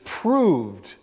proved